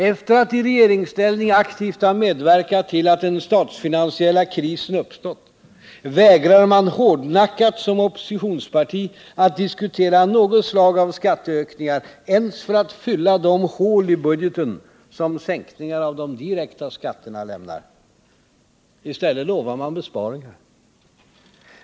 Efter att i regeringsställning aktivt ha medverkat till att den statsfinansiella krisen uppstått vägrar man hårdnackat som oppositionsparti att diskutera något slag av skatteökningar ens för att fylla de hål i budgeten som sänkningar av de direkta skatterna lämnar. I stället lovar man besparingar.